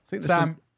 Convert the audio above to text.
sam